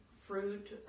fruit